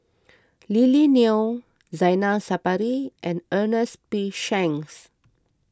Lily Neo Zainal Sapari and Ernest P Shanks